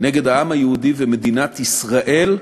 נגד העם היהודי ומדינת ישראל,